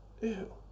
ew